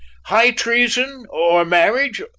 high treason, or marriage,